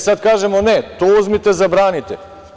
Sad kažemo - ne, to uzmite i zabranite.